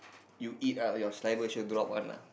you eat ah your saliva sure drop one ah